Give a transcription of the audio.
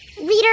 Reader